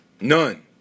none